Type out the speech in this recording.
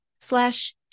slash